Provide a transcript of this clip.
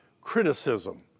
criticism